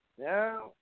now